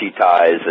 ties